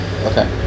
Okay